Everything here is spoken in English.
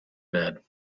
bed